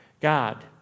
God